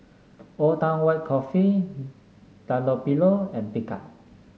Old Town White Coffee Dunlopillo and Picard